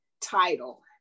title